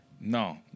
No